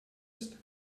ist